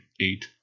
eight